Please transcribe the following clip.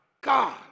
God